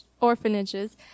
orphanages